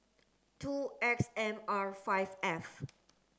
two X M R five F